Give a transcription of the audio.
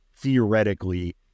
theoretically